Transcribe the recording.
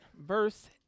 verse